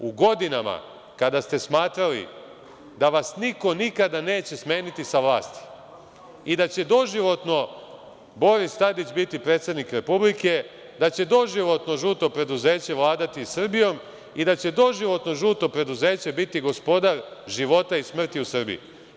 U godinama kada ste smatrali da vas niko nikada neće smeniti sa vlasti i da će doživotno Boris Tadić biti predsednik Republike, da će doživotno žuto preduzeće vladati Srbijom i da će doživotno žuto preduzeće biti gospodar života i smrti u Srbiji.